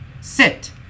sit